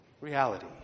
reality